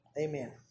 Amen